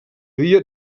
havia